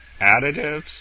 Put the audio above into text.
additives